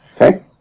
Okay